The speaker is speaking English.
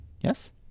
Yes